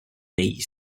negli